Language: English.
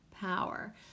power